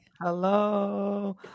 hello